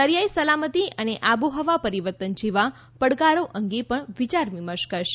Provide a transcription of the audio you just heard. દરિયાઇ સલામતી અને આબોહવા પરિવર્તન જેવા પડકારો અંગે પણ વિયારવિમર્શ કરશે